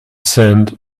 sand